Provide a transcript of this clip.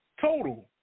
Total